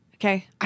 Okay